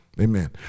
Amen